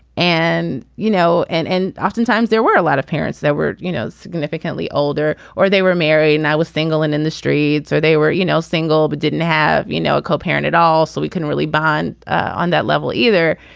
and, you know, and and oftentimes there were a lot of parents that were, you know, significantly older or they were married. and i was single and in the streets or they were, you know, single, but didn't have, you know, a co-parent at all. so we can really bond on that level either.